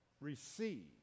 receive